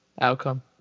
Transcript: outcome